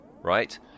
Right